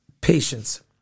patience